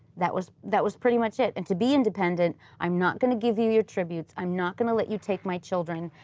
that was that was pretty much it. and to be independent, i'm not going to give you your tributes. i'm not going to let you take my children,